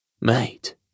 Mate